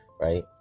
right